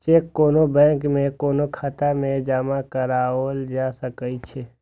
cheque कोनो bank में कोनो खाता मे जमा कराओल जा सकै छै